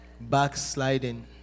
backsliding